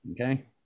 Okay